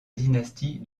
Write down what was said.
dynastie